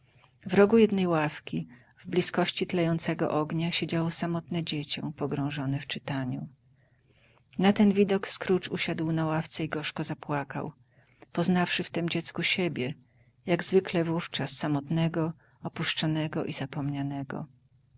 w rogu jednej ławki w blizkości tlejącego ognia siedziało samotne dziecię pogrążone w czytaniu na ten widok scrooge usiadł na ławce i gorzko zapłakał poznawszy w tem dziecku siebie jak zwykle wówczas samotnego opuszczonego i zapomnianego